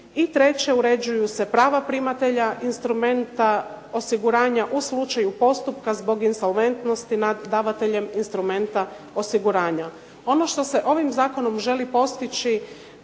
I treće, uređuju se prava primatelja instrumenta osiguranja u slučaju postupka zbog insolventnosti nad davateljem instrumenta osiguranja. Ono što se ovim zakonom želi postići